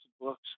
books